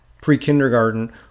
pre-kindergarten